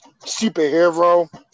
Superhero